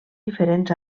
diferents